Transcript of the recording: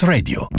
Radio